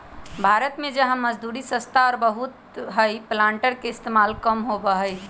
भारत में जहाँ मजदूरी सस्ता और बहुत हई प्लांटर के इस्तेमाल कम होबा हई